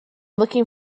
looking